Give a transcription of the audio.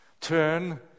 turn